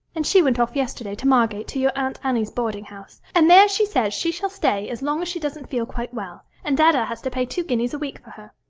and she went off yesterday to margate to your aunt annie's boarding-house, and there she says she shall stay as long as she doesn't feel quite well, and dada has to pay two guineas a week for her.